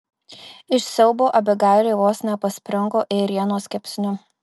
iš siaubo abigailė vos nepaspringo ėrienos kepsniu